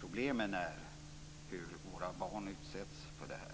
Problemet är hur våra barn utsätts för det här.